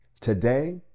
Today